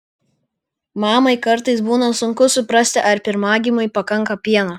mamai kartais būna sunku suprasti ar pirmagimiui pakanka pieno